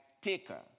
taker